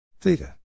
theta